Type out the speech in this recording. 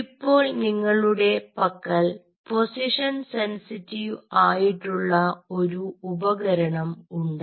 ഇപ്പോൾ നിങ്ങളുടെ പക്കൽ പൊസിഷൻ സെൻസിറ്റീവ് ആയിട്ടുള്ള ഒരു ഉപകരണം ഉണ്ട്